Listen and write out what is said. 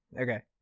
Okay